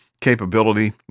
capability